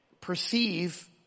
perceive